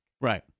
Right